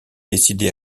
décidé